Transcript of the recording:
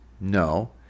no